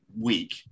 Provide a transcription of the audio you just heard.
week